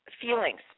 feelings